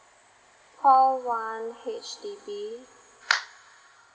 call one H_D_B